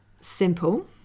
simple